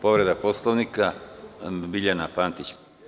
Povreda Poslovnika, Biljana Pantić.